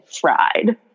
fried